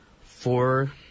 four